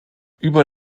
über